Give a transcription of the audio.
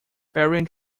variant